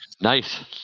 Nice